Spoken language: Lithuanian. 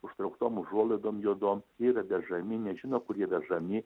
užtrauktom užuolaidom juodom yra vežami nežino kur jie vežami